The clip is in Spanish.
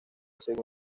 según